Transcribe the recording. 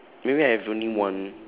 maybe I have only one